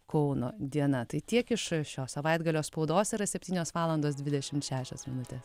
kauno diena tai tiek iš šio savaitgalio spaudos yra septynios valandos dvidešim šešios minutės